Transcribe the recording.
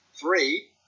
three